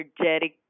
energetic